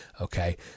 Okay